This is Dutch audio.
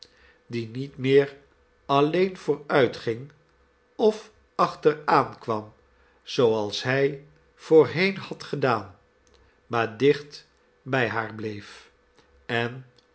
die niet meer alleen vooruitging of achteraankwam zooals hij voorheen had gedaan maar dicht bij haar bleef en